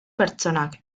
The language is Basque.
pertsonak